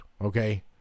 Okay